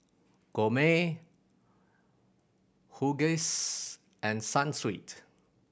Gourmet Huggies and Sunsweet